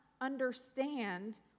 understand